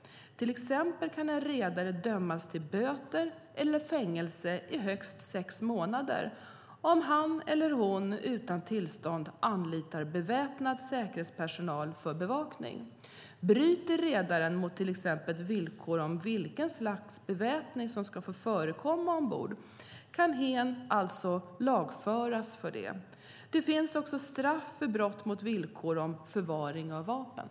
Till exempel kan en redare dömas till böter eller fängelse i högst sex månader om han eller hon utan tillstånd anlitar beväpnad säkerhetspersonal för bevakning. Bryter redaren mot till exempel villkor om vilket slags beväpning som ska få förekomma ombord kan hen alltså lagföras för det. Det finns också straff för brott mot villkor om förvaring av vapen.